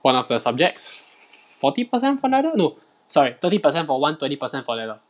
one of the subjects forty percent for another no sorry thirty percent for one twenty percent for the other